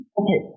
okay